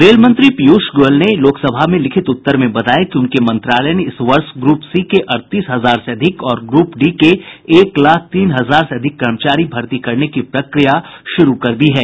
रेलमंत्री पीयूष गोयल ने लोकसभा में लिखित उत्तर में बताया कि उनके मंत्रालय ने इस वर्ष ग्रुप सी के अड़तीस हजार से अधिक और ग्रुप डी के एक लाख तीन हजार से अधिक कर्मचारी भर्ती करने की प्रक्रिया शुरू कर दी है